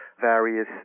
various